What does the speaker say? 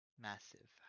Massive